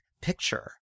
picture